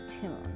tune